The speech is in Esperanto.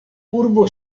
urbo